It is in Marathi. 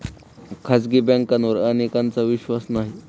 खाजगी बँकांवर अनेकांचा विश्वास नाही